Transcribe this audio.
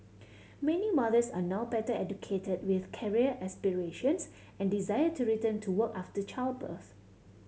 many mothers are now better educated with career aspirations and desire to return to work after childbirth